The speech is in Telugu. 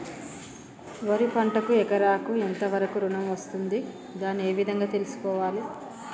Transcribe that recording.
వరి పంటకు ఎకరాకు ఎంత వరకు ఋణం వస్తుంది దాన్ని ఏ విధంగా తెలుసుకోవాలి?